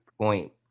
point